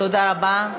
תודה רבה.